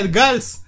girls